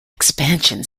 expansion